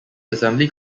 assembly